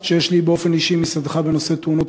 אנחנו מהדור שעוד יכול לזכור, נכון.